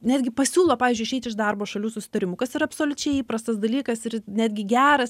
netgi pasiūlo pavyzdžiui išeit iš darbo šalių susitarimu kas yra absoliučiai įprastas dalykas ir netgi geras